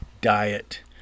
diet